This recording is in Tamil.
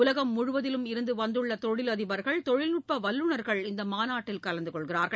உலகம் முழுவதிலும் இருந்து வந்துள்ள தொழிலதிடர்கள் தொழில்நுட்ப வல்லுநர்கள் இந்த மாநாட்டில் கலந்து கொள்கிறார்கள்